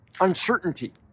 uncertainty